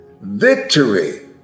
Victory